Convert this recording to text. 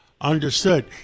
Understood